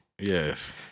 Yes